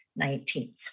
19th